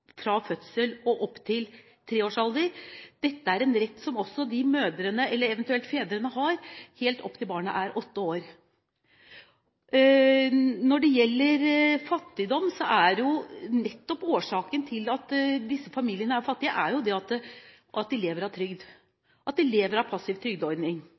fra fødsel og opp til tre års alder, det er en rett mødrene, eller eventuelt fedrene, har helt opp til barnet er åtte år. Når det gjelder fattigdom, er årsaken til at disse familiene er fattige nettopp at de lever av trygd, at de lever av en passiv trygdeordning.